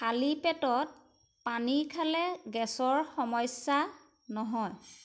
খালি পেটত পানী খালে গেছৰ সমস্যা নহয়